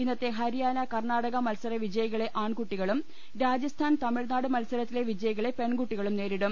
ഇന്നത്തെ ഹരിയാന കർണാടക മത്സര വിജയികളെ ആൺകുട്ടികളും രാജസ്ഥാൻ തമിഴ്നാട് മത്സരത്തിലെ വിജയികളെ പെൺകുട്ടികളും നേരിടും